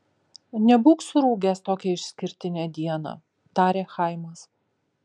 nebūk surūgęs tokią išskirtinę dieną tarė chaimas